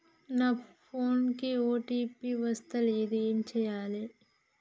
నా ఫోన్ కి ఓ.టీ.పి వస్తలేదు ఏం చేయాలే?